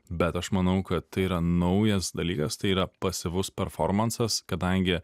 bet aš manau kad tai yra naujas dalykas tai yra pasyvus performansas kadangi